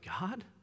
God